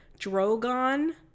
Drogon